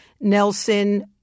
Nelson